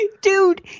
Dude